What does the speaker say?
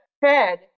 fed